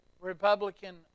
Republican